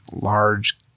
large